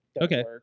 okay